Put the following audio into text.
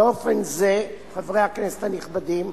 באופן זה, חברי הכנסת הנכבדים,